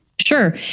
Sure